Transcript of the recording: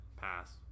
pass